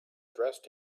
dressed